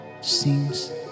seems